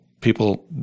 people